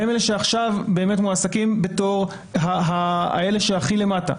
הם אלה שעכשיו מועסקים בתור אלה שהכי למטה.